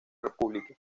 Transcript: república